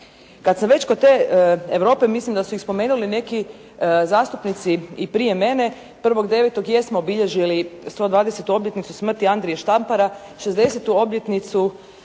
Kada sam već kod te Europe, mislim da su i spomenuli neki zastupnici i prije mene 1. 9. jesmo obilježili 120 smrti Andrije Štampara, 60-tu obljetnicu